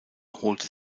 holte